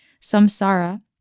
Samsara